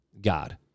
God